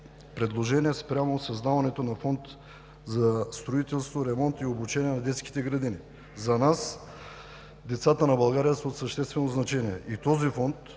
предложение спрямо създаването на фонд за строителство, ремонт и обучение в детските градини. За нас децата на България са от съществено значение